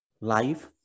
life